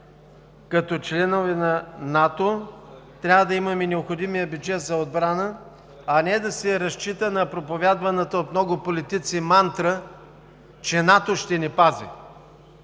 Като членове на НАТО трябва да имаме необходимия бюджет за отбрана, а не да се разчита на проповядваната от много политици мантра, че НАТО ще ни пази.